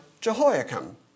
Jehoiakim